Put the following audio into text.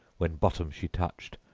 when bottom she touched,